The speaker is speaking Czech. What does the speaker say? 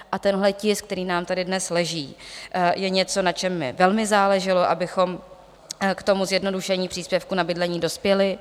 A tenhle tisk, který nám tady dnes leží, je něco, na čem mi velmi záleželo, abychom k tomu zjednodušení příspěvku na bydlení dospěli.